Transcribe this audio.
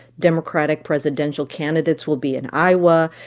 democratic presidential candidates will be in iowa.